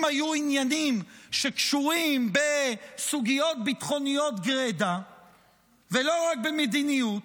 אם היו עניינים שקשורים בסוגיות ביטחוניות גרידא ולא רק במדיניות,